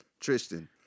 Tristan